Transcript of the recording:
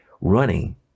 running